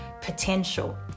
potential